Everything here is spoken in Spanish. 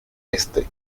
este